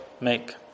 Make